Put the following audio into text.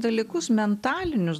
dalykus mentalinius